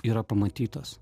yra pamatytas